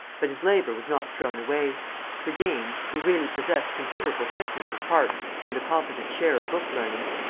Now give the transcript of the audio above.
but his labor was not thrown away for james, who really possessed considerable quickness of parts and a competent share of book learning,